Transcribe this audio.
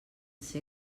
ser